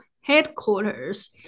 headquarters